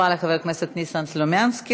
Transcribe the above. תודה רבה לחבר הכנסת ניסן סלומינסקי.